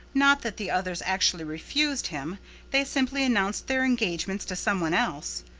not that the others actually refused him they simply announced their engagements to some one else.